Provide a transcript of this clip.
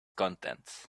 contents